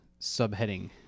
subheading